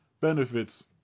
benefits